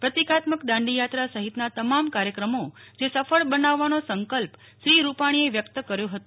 પ્રતિકાત્મક દાંડી યાત્રા સહિતના તમામ કાર્યક્રમો જે સફળ બનાવવાનો સંકલ્પ શ્રી રૂપાણીએ વ્યક્ત કર્યો હતો